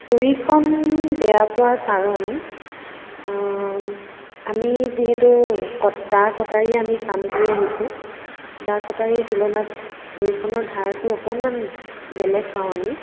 ছুৰিখন বেয়া পোৱাৰ কাৰণ আমি যিহেতু কট দা কটাৰী আমি কাম কৰি আহিছোঁ দা কটাৰীৰ তুলনাত ছুৰিখনৰ ধাৰটো অকণমান বেলেগ পাওঁ আমি